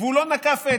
והוא לא נקף אצבע.